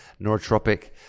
neurotropic